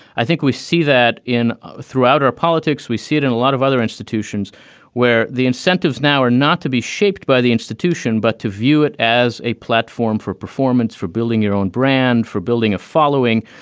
i think we see that in throughout our politics. we see it in a lot of other institutions where the incentives now are not to be shaped by the institution, but to view it as a platform for performance, for building your own brand, for building a following,